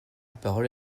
parole